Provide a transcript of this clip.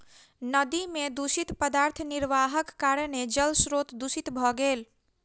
नदी में दूषित पदार्थ निर्वाहक कारणेँ जल स्त्रोत दूषित भ गेल